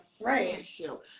friendship